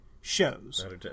shows